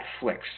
Netflix